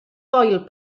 foel